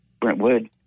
Brentwood